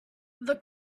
the